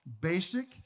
Basic